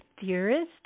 theorist